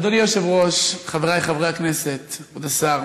אדוני היושב-ראש, חברי חברי הכנסת, כבוד השר,